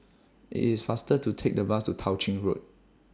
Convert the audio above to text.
IT IS faster to Take The Bus to Tao Ching Road